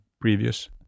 previous